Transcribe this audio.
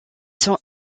sont